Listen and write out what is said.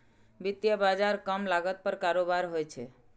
वित्तीय बाजार कम लागत पर कारोबार होइ छै